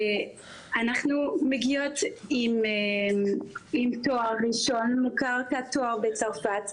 אנחנו מגיעות עם תואר ראשון מוכר כתואר בצרפת,